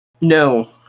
No